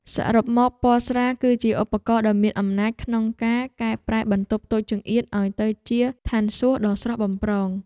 សរុបមកពណ៌ស្រាលគឺជាឧបករណ៍ដ៏មានអំណាចក្នុងការកែប្រែបន្ទប់តូចចង្អៀតឱ្យទៅជាឋានសួគ៌ដ៏ស្រស់បំព្រង។